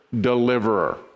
deliverer